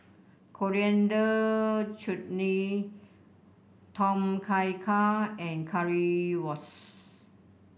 Coriander Chutney Tom Kha Gai and Currywurst